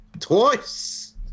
Twice